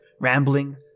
rambling